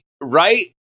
Right